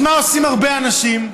אז מה עושים הרבה אנשים?